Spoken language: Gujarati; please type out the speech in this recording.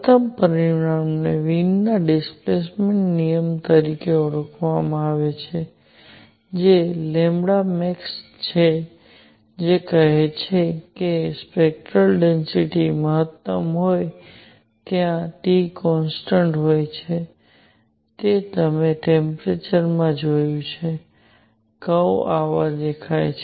પ્રથમ પરિણામને વિનના ડીસપ્લેસમેન્ટ નિયમ તરીકે ઓળખવામાં આવે છે જે max જે કહે છે કે સ્પેક્ટરલ ડેન્સિટિ મહત્તમ હોય ત્યાં T કોન્સટન્ટ હોય છે તે તમે ટેમ્પરેચરમા જોયું છે કર્વ આવા દેખાય છે